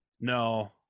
No